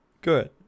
Good